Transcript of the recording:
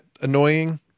annoying